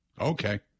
Okay